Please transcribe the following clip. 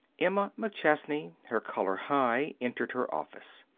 emma mcchesney, her color high, entered her office.